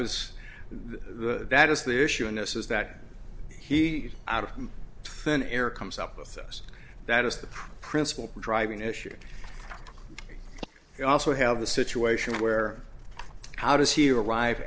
the that is the issue in this is that he out of thin air comes up with those that is the principle driving issue you also have the situation where how does he arrive